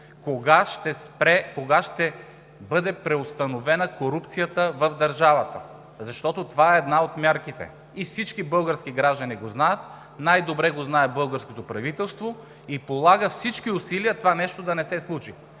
кога ще бъде преустановена корупцията в държавата? Защото това е една от мерките, всички български граждани го знаят. Най-добре го знае българското правителство и полага всички усилия това нещо да не се случи,